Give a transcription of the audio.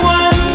one